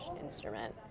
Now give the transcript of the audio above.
instrument